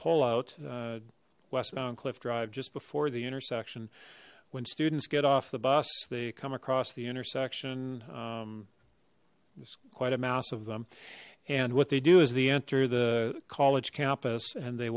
pull out westbound cliff drive just before the intersection when students get off the bus they come across the intersection music there's quite a mass of them and what they do is they enter the college campus and they